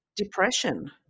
Depression